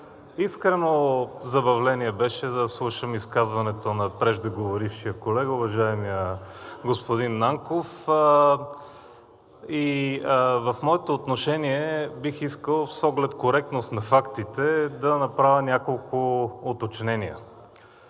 Искрено забавление беше да слушам изказването на преждеговорившия колега, уважаемия господин Нанков, и в моето отношение бих искал с оглед коректност на фактите да направя няколко уточнения.